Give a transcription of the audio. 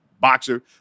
boxer